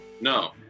No